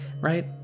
right